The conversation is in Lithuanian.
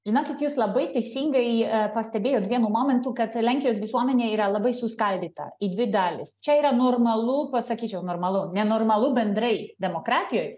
žinokit jūs labai teisingai pastebėjot vienu momentu kad lenkijos visuomenė yra labai suskaldyta į dvi dalis čia yra normalu pasakyčiau normalu nenormalu bendrai demokratijoj